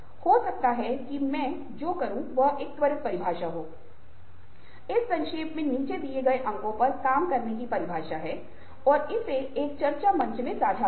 हो सकता है कि मैं जो करूंगा वह एक त्वरित परिभाषा हो इस संक्षेप में नीचे दिए गए अंकों पर काम करने की परिभाषा है और इसे एक चर्चा मंच में साझा करें